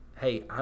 hey